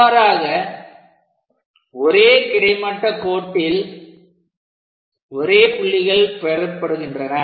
இவ்வாறாக ஒரே கிடைமட்ட கோட்டில் ஒரே புள்ளிகள் பெறப்படுகின்றன